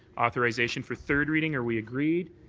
authorization for third reading, are we agreed?